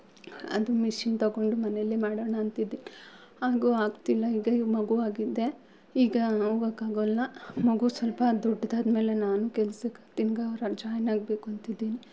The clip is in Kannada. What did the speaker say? ಅದು ಮಿಷಿನ್ ತಗೊಂಡು ಮನೆಯಲ್ಲೇ ಮಾಡೋಣ ಅಂತಿದ್ದೆ ಹಾಗು ಆಗ್ತಿಲ್ಲ ಈಗ ಈ ಮಗು ಆಗಿದ್ದೆ ಈಗ ಹೋಗೊಕಾಗೊಲ್ಲ ಮಗು ಸ್ವಲ್ಪ ದೊಡ್ದಾದಮೇಲೆ ನಾನು ಕೆಲ್ಸಕ್ಕೆ ತಿರ್ಗಾ ಅವ್ರಲ್ಲಿ ಜಾಯ್ನ್ ಆಗಬೇಕು ಅಂತಿದ್ದೀನಿ